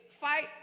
fight